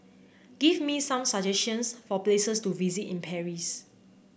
give me some suggestions for places to visit in Paris